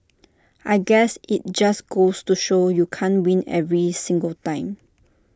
I guess IT just goes to show you can't win every single time